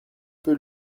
peu